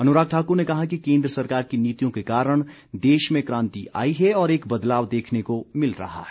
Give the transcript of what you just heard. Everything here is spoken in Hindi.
अनुराग ठाक्र ने कहा कि केन्द्र सरकार की नीतियों के कारण देश में क्रांति आई है और एक बदलाव देखने को मिल रहा है